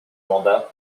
mandat